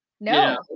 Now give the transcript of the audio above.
No